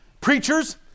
Preachers